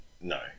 no